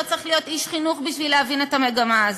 לא צריך להיות איש חינוך בשביל להבין את המגמה הזאת.